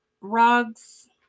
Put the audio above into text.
rugs